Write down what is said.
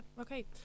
okay